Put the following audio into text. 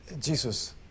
Jesus